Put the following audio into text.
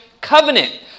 covenant